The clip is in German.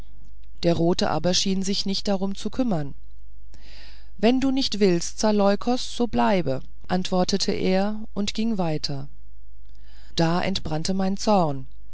der rote aber schien sich nicht darum zu kümmern wenn du nicht willst zaleukos so bleibe antwortete er und ging weiter da entbrannte mein zorn